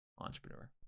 entrepreneur